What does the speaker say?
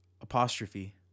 apostrophe